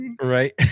Right